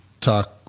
talk